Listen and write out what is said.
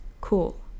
cool